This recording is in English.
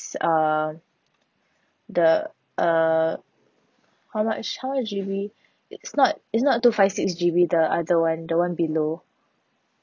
uh the uh how much how many G_B it's not it's not two five six G_B the other one the one below